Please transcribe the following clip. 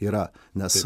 yra nes